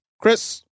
Chris